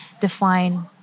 define